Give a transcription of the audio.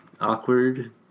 awkward